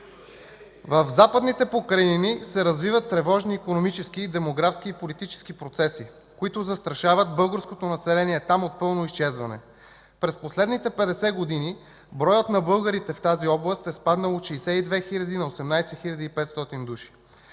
В Западните покрайнини се развиват тревожни икономически, демографски и политически процеси, които застрашават българското население там от пълно изчезване. През последните 50 години броят на българите в тази област е спаднал от 62 000 на 18 500 души.